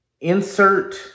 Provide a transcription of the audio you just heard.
insert